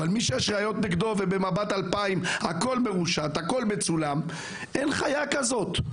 מי שיש נגדו ראיות, הכל מצולם, אין חיה כזאת.